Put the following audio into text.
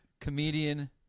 comedian